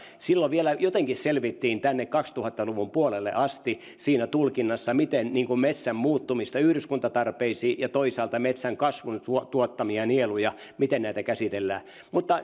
silloin vielä jotenkin selvittiin tänne kaksituhatta luvun puolelle asti siinä tulkinnassa miten metsän muuttumista yhdyskuntatarpeisiin ja toisaalta metsänkasvun tuottamia nieluja käsitellään mutta